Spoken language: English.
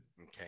Okay